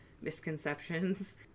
misconceptions